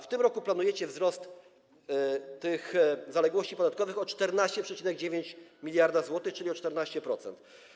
W tym roku planujecie wzrost tych zaległości podatkowych o 14,9 mld zł, czyli o 14%.